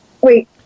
Wait